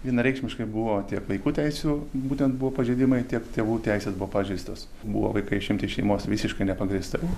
vienareikšmiškai buvo tiek vaikų teisių būtent buvo pažeidimai tiek tėvų teisės buvo pažeistos buvo vaikai išimti iš šeimos visiškai nepagrįstai